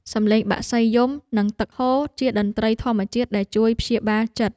សំឡេងបក្សីយំ និងទឹកហូរ ជាតន្ត្រីធម្មជាតិដែលជួយព្យាបាលចិត្ត។